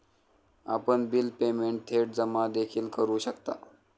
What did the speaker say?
आपण bill payment थेट जमा देखील करू शकता